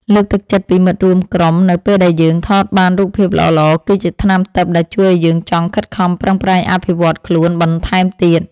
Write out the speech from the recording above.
លើកទឹកចិត្តពីមិត្តរួមក្រុមនៅពេលដែលយើងថតបានរូបភាពល្អៗគឺជាថ្នាំទិព្វដែលជួយឱ្យយើងចង់ខិតខំប្រឹងប្រែងអភិវឌ្ឍខ្លួនបន្ថែមទៀត។